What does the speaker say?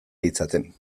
ditzaten